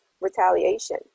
retaliation